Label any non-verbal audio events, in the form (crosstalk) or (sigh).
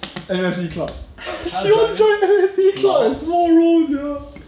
M_S_E club (laughs) she want join M_S_E club eh small world sia